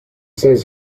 says